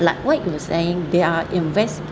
like what you are saying they are invest